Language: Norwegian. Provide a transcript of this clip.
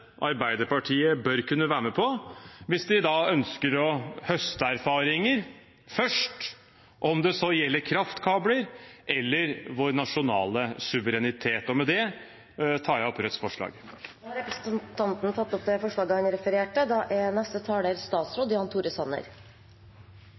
Arbeiderpartiet bør kunne være med på, hvis de da ønsker å høste erfaringer først – om det så gjelder kraftkabler eller vår nasjonale suverenitet. Og med det tar jeg opp Rødts forslag. Representanten Bjørnar Moxnes har tatt opp det forslaget han refererte